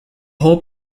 whole